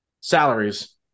salaries